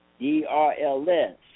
DRLS